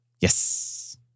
Yes